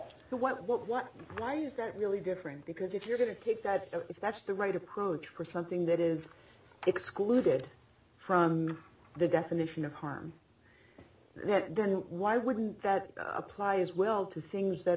but what what what why is that really different because if you could pick that if that's the right approach for something that is excluded from the definition of harm that then why wouldn't that applies well to things that